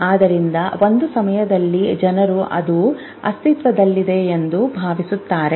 ಆದ್ದರಿಂದ ಒಂದು ಸಮಯದಲ್ಲಿ ಜನರು ಅದು ಅಸ್ತಿತ್ವದಲ್ಲಿದೆ ಎಂದು ಭಾವಿಸಿದರು